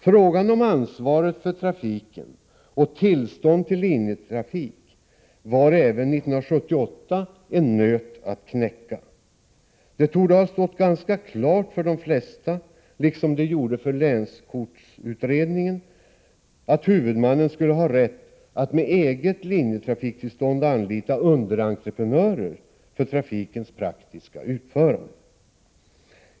Frågan om ansvaret för trafiken och tillstånd till linjetrafik var även 1978 en nöt att knäcka. Det torde ha stått ganska klart för de flesta liksom det gjorde för länskortsutredningen att huvudmannen skulle ha rätt att med eget linjetrafiktillstånd anlita underentreprenörer för trafikens praktiska utförande.